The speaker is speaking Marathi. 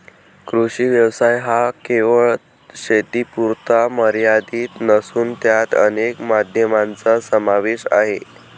कृषी व्यवसाय हा केवळ शेतीपुरता मर्यादित नसून त्यात अनेक माध्यमांचा समावेश आहे